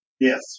Yes